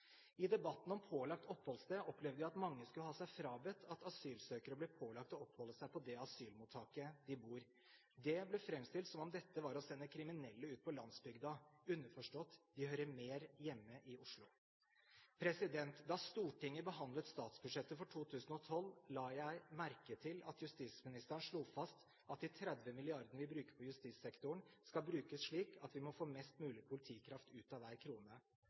I debatten om pålagt oppholdssted opplevde vi at mange skulle ha seg frabedt at asylsøkere ble pålagt å oppholde seg på det asylmottaket de bor på. Det ble framstilt som om dette var å sende kriminelle ut på landsbygda – underforstått, de hører mer hjemme i Oslo. Da Stortinget behandlet statsbudsjettet for 2012, la jeg merke til at justisministeren slo fast at de 30 milliardene vi bruker på justissektoren, skal brukes slik at vi får mest mulig politikraft ut av hver krone.